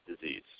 disease